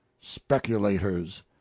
speculators